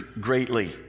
greatly